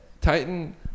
titan